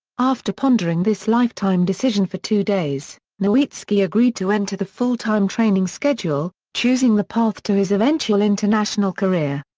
after pondering this lifetime decision for two days, nowitzki agreed to enter the full-time training schedule, choosing the path to his eventual international career.